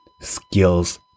skills